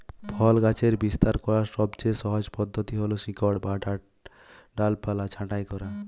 ফল গাছের বিস্তার করার সবচেয়ে সহজ পদ্ধতি হল শিকড় কাটা বা ডালপালা ছাঁটাই করা